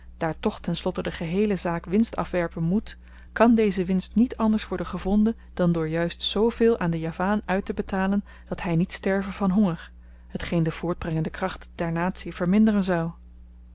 daar toch ten slotte de geheele zaak winst afwerpen moet kan deze winst niet anders worden gevonden dan door juist zveel aan den javaan uittebetalen dat hy niet sterve van honger hetgeen de voortbrengende kracht der natie verminderen zou